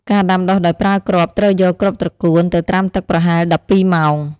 ការដាំដុះដោយប្រើគ្រាប់ត្រូវយក គ្រាប់ត្រកួន ទៅត្រាំទឹកប្រហែល ១២ ម៉ោង។